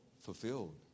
fulfilled